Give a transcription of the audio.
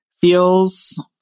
feels